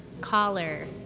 collar